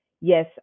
yes